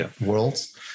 worlds